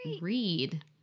read